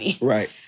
Right